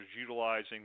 utilizing